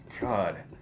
God